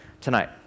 tonight